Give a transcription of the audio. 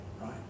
Right